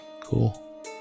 Cool